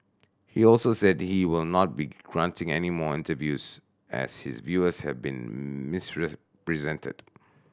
he also said he will not be granting any more interviews as his views have been misrepresented